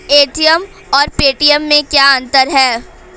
ATM और Paytm में क्या अंतर है?